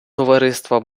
товариства